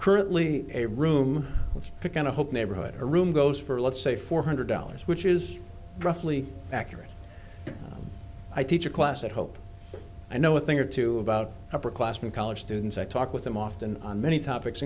currently a room with pick and a hope neighborhood or room goes for let's say four hundred dollars which is roughly accurate i teach a class at hope i know a thing or two about upper classman college students i talk with them often on many topics